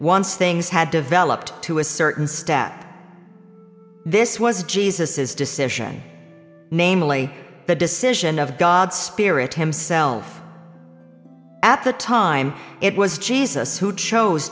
once things had developed to a certain stack this was jesus's decision namely the decision of god spirit himself at the time it was jesus who chose